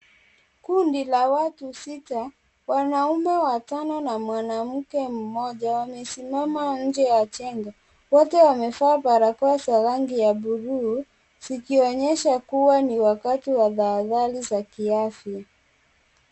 Kundi la watu sita wanaume watano na mwanamke mmoja wamesimama nje ya njengo, wote wamevaa barakoa za rangi ya buluu zikionyesha kuwa ni wakati wa tahadhari za kiafya.